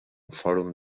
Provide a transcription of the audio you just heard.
fòrum